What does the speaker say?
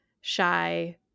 shy